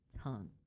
tongue